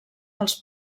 als